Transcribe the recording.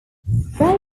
they